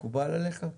זה מקובל עליך?